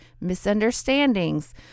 misunderstandings